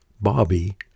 Bobby